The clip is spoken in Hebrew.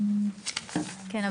כן,